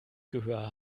gehör